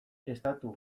estatu